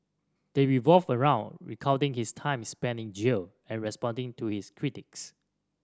they revolve around recounting his time spent in jail and responding to his critics